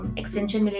extension